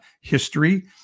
history